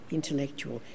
intellectual